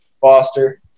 Foster